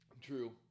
true